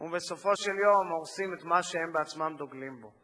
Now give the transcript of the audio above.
ובסופו של דבר הורסים את מה שהם בעצמם דוגלים בו.